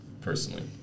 personally